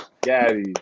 Gaddy